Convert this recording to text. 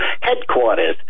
headquarters